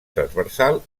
transversal